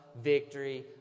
victory